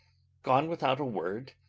gone without a word?